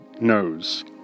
Knows